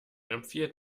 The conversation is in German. empfiehlt